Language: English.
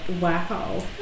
wow